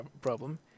problem